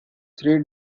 three